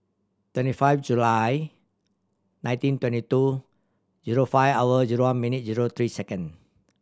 twenty five July nineteen twenty two zero five hour zero one minute zero three second